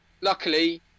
Luckily